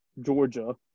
Georgia